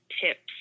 tips